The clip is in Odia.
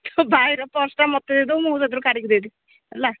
ତୋ ଭାଇର ପର୍ସ୍ଟା ମୋତେ ଦେଇଦେବୁ ମୁଁ ସେଥିରୁ କାଢ଼ିକି ଦେଇଦେବି ହେଲା